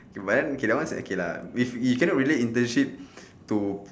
K but then K that one okay lah if you cannot relate internships to